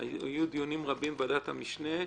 היו דיונים רבים בוועדת המשנה,